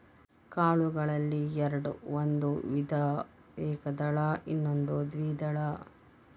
ಕಾಳುಗಳಲ್ಲಿ ಎರ್ಡ್ ಒಂದು ವಿಧ ಏಕದಳ ಇನ್ನೊಂದು ದ್ವೇದಳ